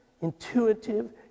intuitive